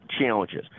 challenges